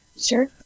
sure